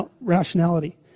rationality